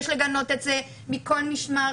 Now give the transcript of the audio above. יש לגנות את זה מכל משמר,